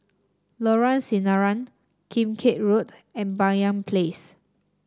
Lorong Sinaran Kim Keat Road and Banyan Place